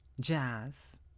jazz